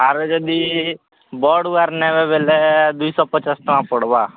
ଆର୍ ଯଦି ବଡ଼ ୱାୟାର ନେବେ ବୋଲେ ଦୁଇ ଶହ ପଚାଶ୍ ଟଙ୍କା ପଡ଼୍ବା